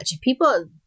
People